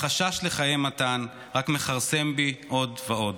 והחשש לחיי מתן רק מכרסם בי עוד ועוד.